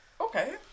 Okay